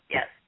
Yes